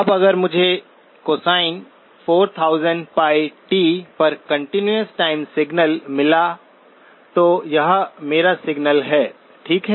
अब अगर मुझे कॉसिन 4000t पर कंटीन्यूअस टाइम सिग्नल मिला तो यह मेरा सिग्नल है ठीक है